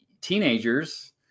teenagers